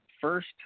first